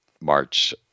march